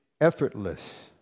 effortless